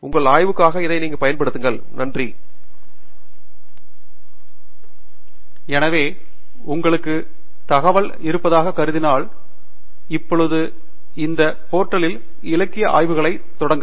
உங்கள் ஆய்வுக்காக அதைப் பயன்படுத்தவும்